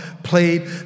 Played